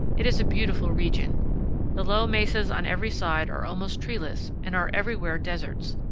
it is a beautiful region. the low mesas on every side are almost treeless and are everywhere deserts,